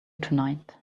tonight